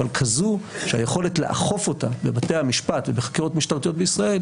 אבל כזו שהיכולת לאכוף אותה בבתי המשפט ובחקירות משטרתיות בישראל,